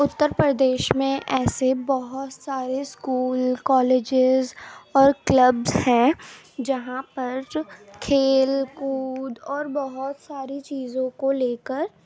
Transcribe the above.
اتر پردیش میں ایسے بہت سارے اسکول کالیجیز اور کلبز ہیں جہاں پر کھیل کود اور بہت ساری چیزوں کو لے کر